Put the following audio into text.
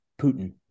Putin